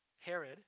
Herod